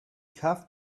have